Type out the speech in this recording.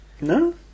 No